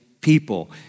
people